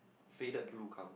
faded blue colour